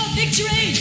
victory